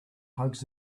hugs